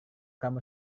kamu